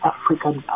African